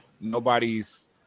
nobody's